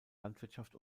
landwirtschaft